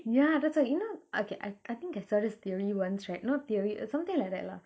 ya that's why you know okay I I think saw this theory once right not theory it's something like that lah